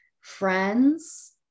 friends